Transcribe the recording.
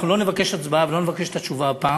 אנחנו לא נבקש הצבעה ולא נבקש את התשובה הפעם.